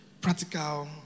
practical